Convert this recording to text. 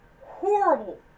horrible